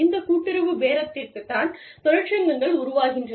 இந்த கூட்டுறவு பேரத்திற்காகத்தான் தொழிற்சங்கங்கள் உருவாகின்றன